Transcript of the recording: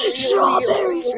strawberry